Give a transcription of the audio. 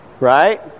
right